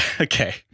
Okay